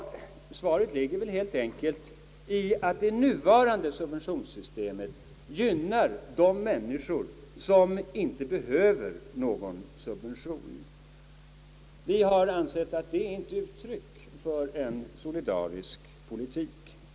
Ja, svaret ligger helt enkelt i att det nuvarande subventionssystemet gynnar de människor som inte behöver någon subvention. Vi har ansett att det inte är uttryck för en solidarisk politik.